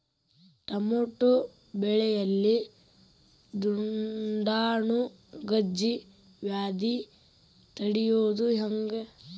Tomato ಬೆಳೆಯಲ್ಲಿ ದುಂಡಾಣು ಗಜ್ಗಿ ವ್ಯಾಧಿ ತಡಿಯೊದ ಹೆಂಗ್?